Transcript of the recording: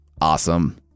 Awesome